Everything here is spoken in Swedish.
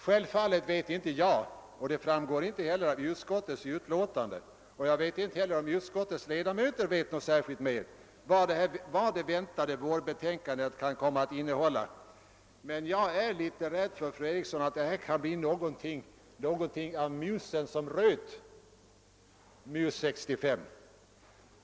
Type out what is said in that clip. Självfallet vet inte jag — det framgår inte av utskottets utlåtande och jag vet inte heller om utskottets ledamöter känner till särskilt mycket mer — vad det väntade vårbetänkandet från MUS 65 kan komma att innehålla. Men jag är, fru Eriksson i Stockholm, rädd för att detta kan bli någonting av >Musen som röt>.